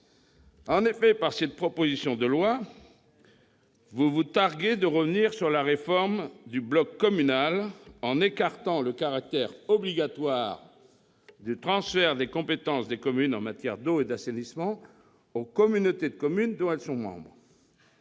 En effet, avec cette proposition de loi, vous vous targuez, mes chers collègues, de revenir sur la réforme du bloc communal, en écartant le caractère obligatoire du transfert des compétences en matière d'eau et d'assainissement des communes aux communautés de communes dont elles sont membres.